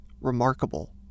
remarkable